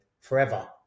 forever